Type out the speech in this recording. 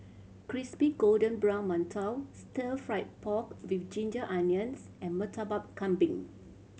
crispy golden brown mantou Stir Fried Pork With Ginger Onions and Murtabak Kambing